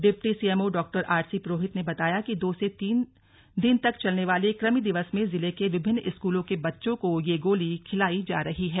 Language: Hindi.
deputy CMO doctor RC Purohit ने बताया कि दो से तीन दिन तक चलने वाले कृमि दिवस में जिले के विभिन्न स्कूलों के बच्चों को ये गोली खिलाई जा रही है